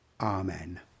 Amen